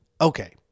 Okay